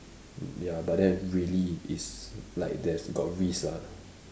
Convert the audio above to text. ya but then really it's like there's got risk lah